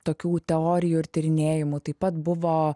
tokių teorijų ir tyrinėjimų taip pat buvo